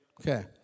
Okay